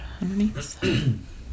underneath